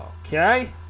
Okay